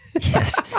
Yes